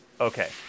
Okay